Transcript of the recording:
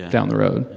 down the road.